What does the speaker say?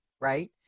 right